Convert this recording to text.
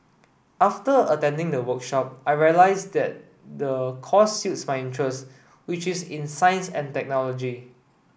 after attending the workshop I realised that the course suits my interest which is in science and technology